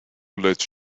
let